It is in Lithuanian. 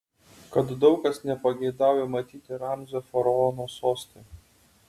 kad daug kas nepageidauja matyti ramzio faraono soste